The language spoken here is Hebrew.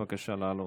בבקשה לעלות.